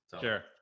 Sure